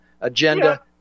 agenda